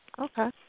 Okay